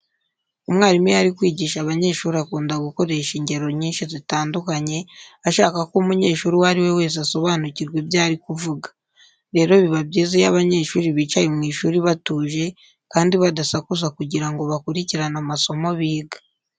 Umwarimu iyo ari kwigisha abanyeshuri akunda gukoresha ingero nyinshi zitandukanye ashaka ko umunyeshuri uwo ari we wese asobanukirwa ibyo ari kuvuga. Rero biba byiza iyo abanyeshuri bicaye mu ishuri batuje kandi badasakuza kugira ngo bakurikirane amasomo biga.